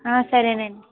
సరేనండి